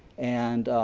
and